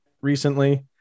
recently